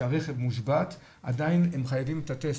שהרכב מושבת עדיין הם חייבים בטסט.